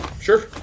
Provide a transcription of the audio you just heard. Sure